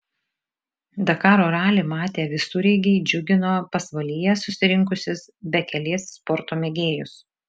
dakaro ralį matę visureigiai džiugino pasvalyje susirinkusius bekelės sporto mėgėjus